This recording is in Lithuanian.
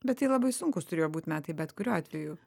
bet tai labai sunkūs turėjo būt metai bet kuriuo atveju